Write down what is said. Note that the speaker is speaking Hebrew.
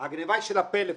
הגניבה היא של הפלאפון.